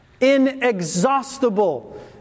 Inexhaustible